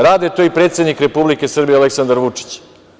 Radi to i predsednik Republike Srbije Aleksandar Vučić.